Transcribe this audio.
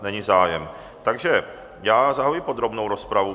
Není zájem, takže zahajuji podrobnou rozpravu.